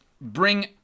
bring